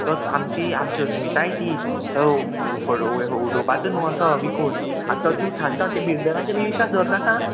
तो आमची आमची अस्मिताय ती तो उडोवपाचो न्हू असो विकून आनी तो तूं सांगता तें बिल्डराचे बी विश्वास दवर नाका